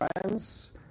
friends